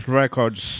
records